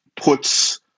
puts